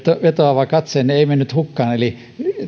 vetoava katseenne ei mennyt hukkaan eli